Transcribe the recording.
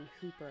hooper